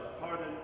pardon